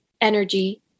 energy